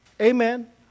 Amen